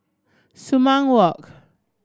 Sumang Walk